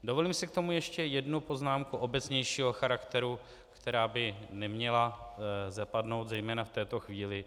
Dovolím si k tomu ještě jednu poznámku obecnějšího charakteru, která by neměla zapadnout zejména v této chvíli.